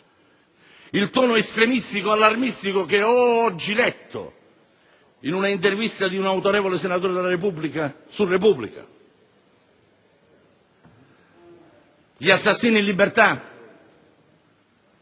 al tono estremistico, allarmistico che ho oggi letto in una intervista rilasciata da un autorevole senatore della Repubblica a «la Repubblica»? Gli assassini in libertà?